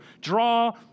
draw